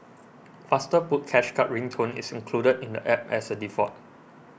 faster put cash card ring tone is included in the App as a default